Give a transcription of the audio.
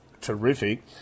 terrific